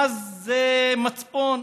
מה זה מצפון?